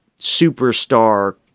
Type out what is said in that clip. superstar